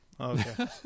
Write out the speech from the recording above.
Okay